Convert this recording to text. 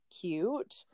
cute